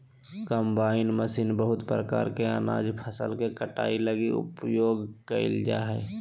combine machine बहुत प्रकार के अनाज फसल के कटाई लगी उपयोग कयल जा हइ